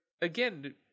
again